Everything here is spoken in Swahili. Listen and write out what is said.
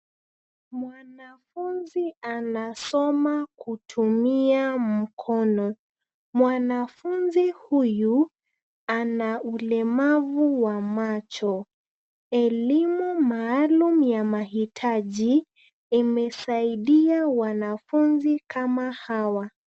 Mwanafunzi anasoma kutumia mkono. Mwanafunzi huyu ana ulemavu wa macho. Elimu maalum ya mahitaji imesaidia wanafunzi kama hawa.